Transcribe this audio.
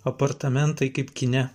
apartamentai kaip kine